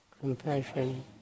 compassion